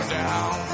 down